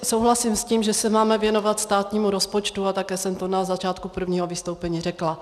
Souhlasím s tím, že se máme věnovat státnímu rozpočtu, a také jsem to na začátku prvního vystoupení řekla.